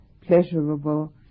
pleasurable